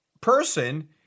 person